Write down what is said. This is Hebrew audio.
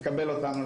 לקבל אותנו,